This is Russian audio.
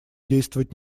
действовать